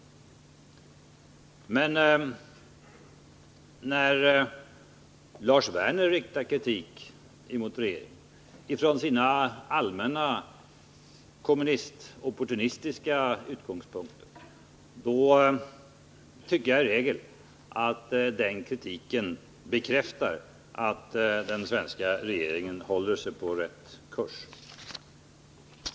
Men när Lars Werner riktar kritik mot regeringen från sina allmänna kommunist-opportunistiska utgångspunkter, tycker jag i regel att den kritiken bekräftar att den svenska regeringen håller sig på rätt kurs.